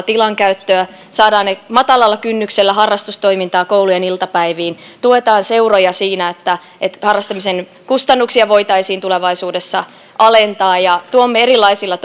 tilankäyttöä saadaan matalalla kynnyksellä harrastustoimintaa koulujen iltapäiviin tuetaan seuroja siinä että että harrastamisen kustannuksia voitaisiin tulevaisuudessa alentaa ja tuodaan erilaisilla